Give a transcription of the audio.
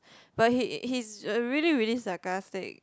but he he's really really sarcastic